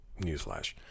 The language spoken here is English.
Newsflash